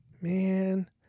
man